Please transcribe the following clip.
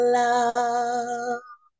love